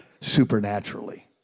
supernaturally